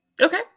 okay